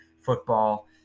football